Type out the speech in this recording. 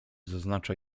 zaznacza